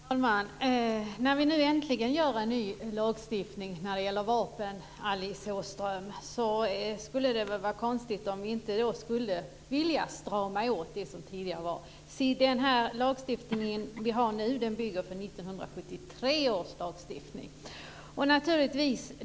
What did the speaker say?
Herr talman! När vi nu äntligen gör en ny lagstiftning när det gäller vapen, Alice Åström, skulle det väl vara konstigt om vi inte skulle vilja strama åt detta. Den lagstiftning vi har nu bygger på 1973 års lagstiftning.